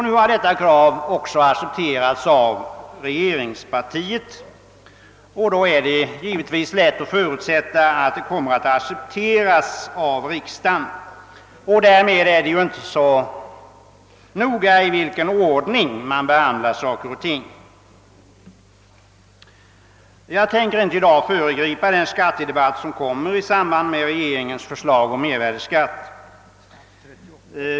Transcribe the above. Nu har detta krav också accepterats av regeringspartiet, och då är det givetvis lätt att förutsätta att det kommer att accepteras av riksdagen. Därmed är det inte så noga i vilken ordning man behandlar frågorna. Jag tänker inte i dag föregripa den skattedebatt som kommer i samband med regeringens förslag om mervärdeskatt.